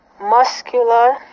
muscular